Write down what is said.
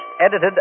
edited